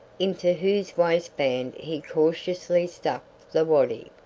into whose waistband he cautiously stuck the waddy,